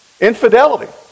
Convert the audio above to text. Infidelity